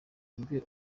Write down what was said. bwe